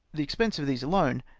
the expense of these alone,